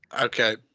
Okay